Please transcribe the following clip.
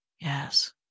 yes